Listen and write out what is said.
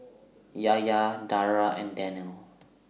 Yahya Dara and Daniel